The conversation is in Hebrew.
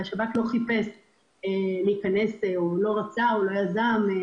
והשב"כ לא חיפש ולא יזם את